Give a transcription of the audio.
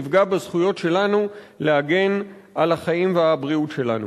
יפגע בזכויות שלנו להגן על החיים והבריאות שלנו.